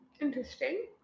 interesting